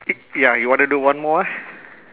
ya you want to do one more